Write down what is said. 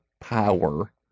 power